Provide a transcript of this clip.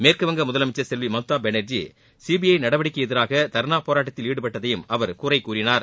மேற்குவங்க முதலமைச்சர் செல்வி மம்தா பானர்ஜி சிபிஐ நடவடிக்கைக்கு எதிராக தர்ணா போராட்டத்தில் ஈடுபட்டதையும் அவர் குறை கூறினார்